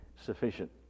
sufficient